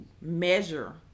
measure